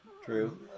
True